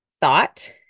thought